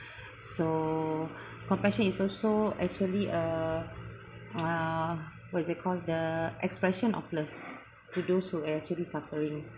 so compassion is also actually uh uh what is it call the expression of love to those who actually suffering